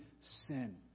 sin